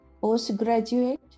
postgraduate